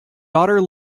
daughter